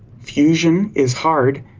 fusion is hard.